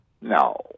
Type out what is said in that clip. No